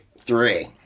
Three